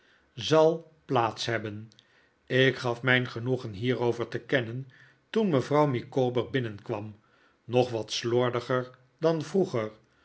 zal plaats hebben ik gaf mijn genoegen hierover te kennen toen mevrouw micawber bihnenkwam nog wat slordiger dan vroeger